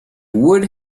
would